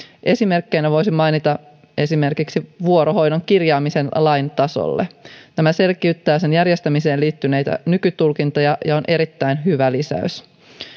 esimerkkinä voisi mainita esimerkiksi vuorohoidon kirjaamisen lain tasolle tämä selkiyttää sen järjestämiseen liittyneitä nykytulkintoja ja on erittäin hyvä lisäys